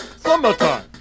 Summertime